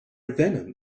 venom